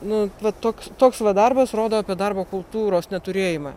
nu va toks toks va darbas rodo apie darbo kultūros neturėjimą